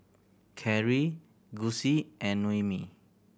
Cary Gussie and Noemi